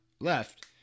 left